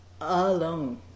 alone